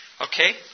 Okay